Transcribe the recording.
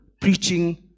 preaching